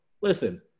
listen